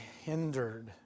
hindered